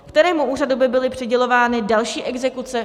Kterému úřadu by byly přidělovány další exekuce?